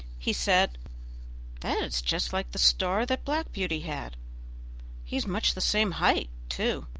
he said that is just like the star that black beauty had he is much the same height, too.